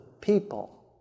people